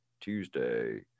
Tuesday